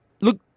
Look